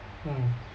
mm